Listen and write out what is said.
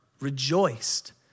rejoiced